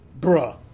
bruh